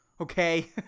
okay